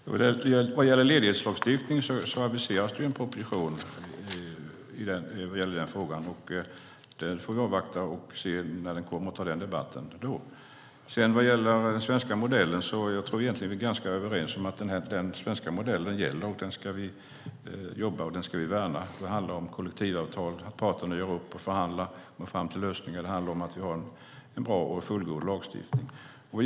Fru talman! Vad gäller ledighetslagstiftningen aviseras en proposition i frågan, och vi får avvakta och se när den kommer och ta den debatten då. Vad gäller den svenska modellen tror jag egentligen att vi är ganska överens om att den gäller och att vi ska jobba med den och värna den. Det handlar om kollektivavtal. Parterna gör upp och förhandlar och kommer fram till lösningar. Det handlar om att vi har en bra och fullgod lagstiftning.